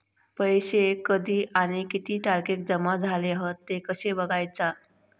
पैसो कधी आणि किती तारखेक जमा झाले हत ते कशे बगायचा?